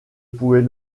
pouvait